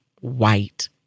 white